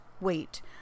wait